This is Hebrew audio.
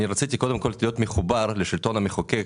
אני רציתי קודם כל להיות מחובר לשלטון המחוקק